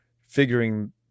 figuring